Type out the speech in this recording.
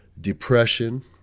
depression